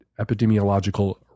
epidemiological